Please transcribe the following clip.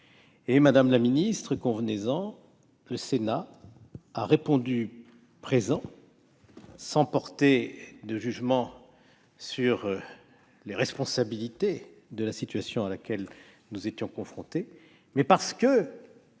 madame la ministre, le Sénat a répondu présent. Il l'a fait sans porter de jugement sur les responsabilités de la situation à laquelle nous étions confrontés, mais parce qu'il